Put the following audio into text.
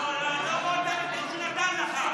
נתן לך.